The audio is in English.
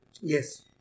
Yes